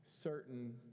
certain